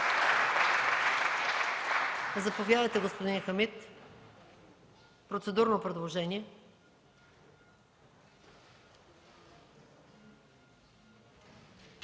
Заповядайте, господин Хамид – процедурно предложение.